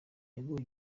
yaguwe